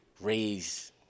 raise –